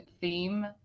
theme